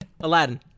Aladdin